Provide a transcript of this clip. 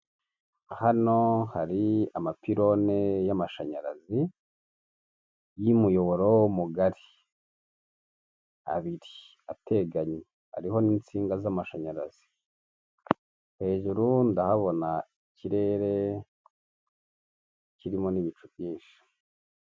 Hano hari amapirone y'amashanyarazi y'umuyoboro mugari abiri ateganye hariho n'insinga z'amashanyarazi, hejuru ndahabona ikirere kirimo n'ibicu byinshi.